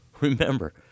remember